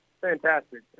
Fantastic